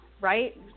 right